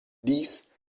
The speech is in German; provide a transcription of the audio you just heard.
dies